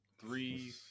Three